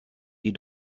die